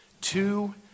Two